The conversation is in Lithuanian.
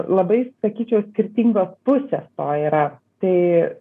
labai sakyčiau skirtingos pusės to yra tai